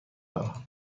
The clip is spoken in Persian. دارم